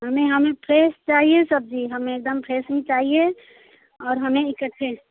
हमें हमें फ्रेस चाहिए सब्ज़ी हमें एकदम फ्रेस ही चाहिए और हमें इकट्ठे